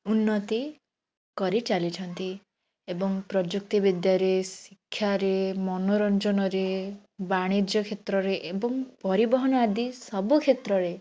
ଉନ୍ନତି କରିଚାଲିଛନ୍ତି ଏବଂ ପ୍ରଯୁକ୍ତିବିଦ୍ୟାରେ ଶିକ୍ଷାରେ ମନୋରଞ୍ଜନରେ ବାଣିଜ୍ୟ କ୍ଷେତ୍ରରେ ଏବଂ ପରିବହନ ଆଦି ସବୁ କ୍ଷେତ୍ରରେ